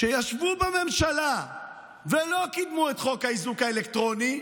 שישבו בממשלה ולא קידמו את חוק האיזוק האלקטרוני,